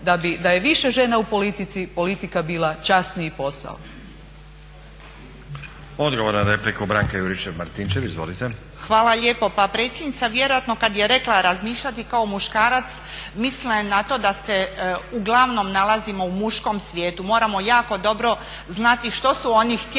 da je više žena u politici politika bi bila časniji posao.